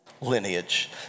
lineage